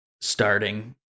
starting